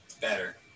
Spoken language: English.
Better